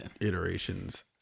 iterations